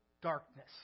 darkness